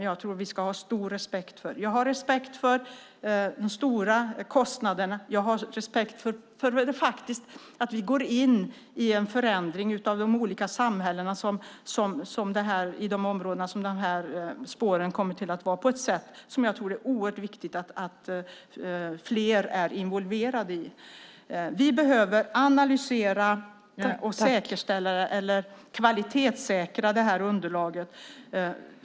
Jag har respekt för de stora kostnaderna, och jag har respekt för att vi går in i en förändring av de olika samhällena i de områden där dessa spår kommer att vara. Då är det viktigt att fler är involverade i detta. Vi behöver analysera och kvalitetssäkra detta underlag.